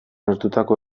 hartutako